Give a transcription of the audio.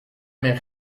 mais